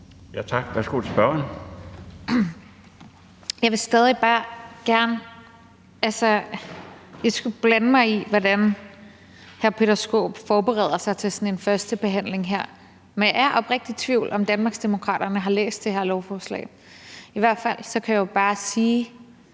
Kl. 12:53 Rosa Lund (EL): Jeg vil stadig bare ikke skulle blande mig i, hvordan hr. Peter Skaarup forbereder sig til sådan en første behandling her. Men jeg er oprigtigt i tvivl om, om Danmarksdemokraterne har læst det her lovforslag. I hvert fald kan jeg bare løfte